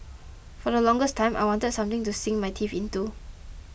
for the longest time I wanted something to sink my teeth into